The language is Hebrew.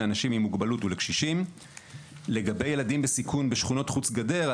לאנשים עם מוגבלות ולקשישים לגבי ילדים בסיכון בשכונות חוץ גדר,